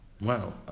wow